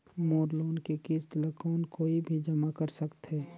मोर loan के किस्त ल कौन कोई भी जमा कर सकथे?